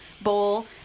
bowl